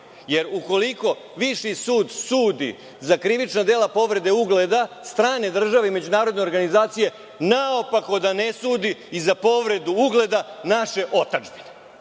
Ukoliko Viši sud sudi za krivična dela povrede ugleda strane države i međunarodne organizacije, naopako da ne sudi i za povredu ugleda naše otadžbine.